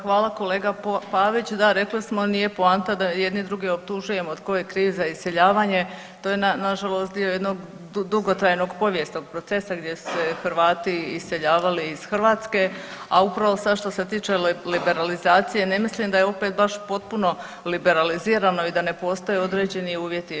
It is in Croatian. Hvala kolega Pavić, da rekli smo nije poanta da jedni druge optužujemo tko je kriv za iseljavanje, to je nažalost dio jednog dugotrajnog povijesnog procesa gdje su se Hrvati iseljavali iz Hrvatske, a upravo sad što se tiče liberalizacije ne mislim da je opet baš potpuno liberalizirano i da ne postoje određeni uvjeti.